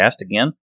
Again